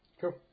Cool